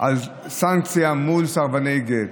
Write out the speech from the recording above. על סנקציה מול סרבני גט.